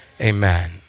amen